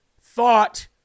thought